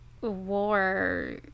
war